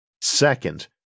Second